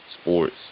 sports